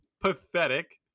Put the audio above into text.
pathetic